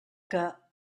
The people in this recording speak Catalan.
que